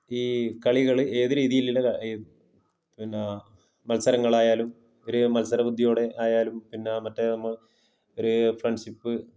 ഈ കളികൾ ഏത് രീതിയിലുള്ള പിന്നെ മത്സരങ്ങളായാലും ഒരു മത്സര ബുദ്ധിയോടെ ആയാലും പിന്നെ മറ്റേ നമ്മൾ ഒരു ഫ്രണ്ട്സിപ്പ്